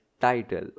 title